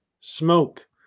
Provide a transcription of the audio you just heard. Smoke